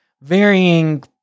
varying